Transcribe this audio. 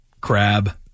crab